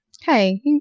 Hey